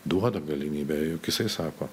duoda galimybę juk jisai sako